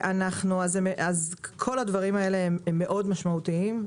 כל הדברים האלה משמעותיים מאוד.